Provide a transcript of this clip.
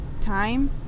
time